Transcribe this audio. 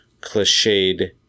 cliched